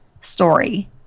story